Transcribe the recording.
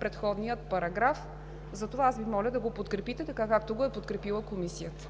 предходния параграф. Затова аз Ви моля да го подкрепите, така както го е подкрепила Комисията.